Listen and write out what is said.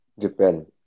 Japan